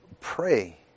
pray